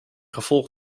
gevolg